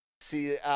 See